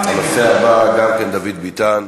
גם, הנושא הבא, גם כן דוד ביטן.